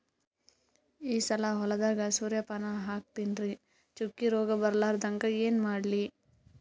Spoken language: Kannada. ಈ ಸಲ ಹೊಲದಾಗ ಸೂರ್ಯಪಾನ ಹಾಕತಿನರಿ, ಚುಕ್ಕಿ ರೋಗ ಬರಲಾರದಂಗ ಏನ ಮಾಡ್ಲಿ?